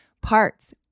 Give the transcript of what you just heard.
parts